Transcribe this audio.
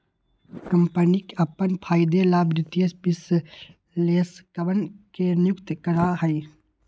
कम्पनियन अपन फायदे ला वित्तीय विश्लेषकवन के नियुक्ति करा हई